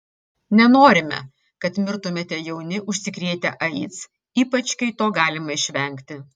nenorime kad mirtumėte jauni užsikrėtę aids ypač kai to galima išvengti